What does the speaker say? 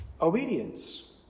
Obedience